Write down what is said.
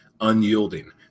unyielding